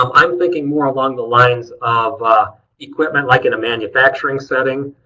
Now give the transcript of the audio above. um i'm thinking more along the lines of equipment like in a manufacturing setting.